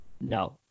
No